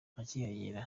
akihagera